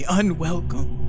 unwelcome